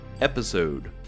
episode